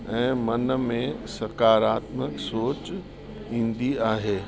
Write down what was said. ऐं मन में सकारात्मक सोच ईंदी आहे